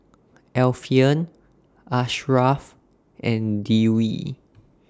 Alfian Asharaff and Dewi